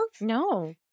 No